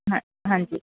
ਹਾਂ ਹਾਂਜੀ